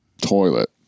toilet